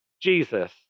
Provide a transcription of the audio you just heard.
Jesus